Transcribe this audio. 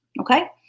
okay